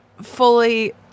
fully